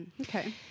Okay